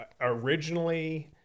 Originally